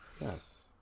yes